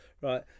right